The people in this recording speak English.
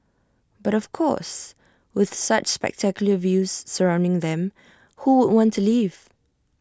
but of course with such spectacular views surrounding them who would want to leave